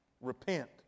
repent